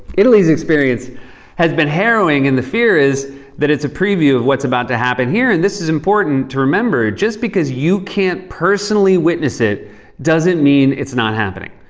italy's experience has been harrowing, and the fear is that it's a preview of what's about to happen here. and this is important to remember just because you can't personally witness it doesn't mean it's not happening.